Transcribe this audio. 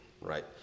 right